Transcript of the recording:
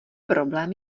problém